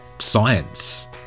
science